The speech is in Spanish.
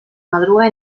madruga